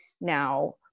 now